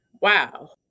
wow